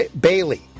Bailey